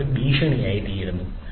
അത് ഒരു ഭീഷണിയായിത്തീരുന്നു